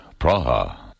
Praha